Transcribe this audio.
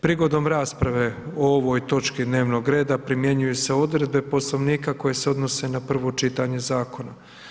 Prigodom rasprave o ovoj točki dnevnog reda primjenjuju se odredbe Poslovnika koje se odnose na prvo čitanje zakona.